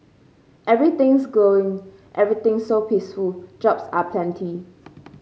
everything's glowing everything's so peaceful jobs are plenty